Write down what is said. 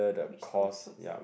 which school suits